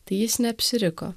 tai jis neapsiriko